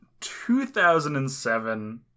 2007